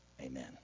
Amen